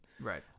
Right